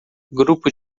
grupo